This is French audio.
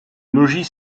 logis